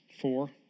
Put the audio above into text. Four